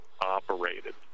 operated